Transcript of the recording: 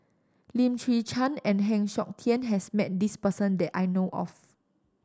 Lim Chwee Chian and Heng Siok Tian has met this person that I know of